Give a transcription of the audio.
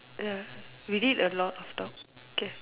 ya we did a lot of talk K